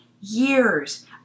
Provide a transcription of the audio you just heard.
years